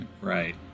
Right